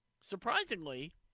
surprisingly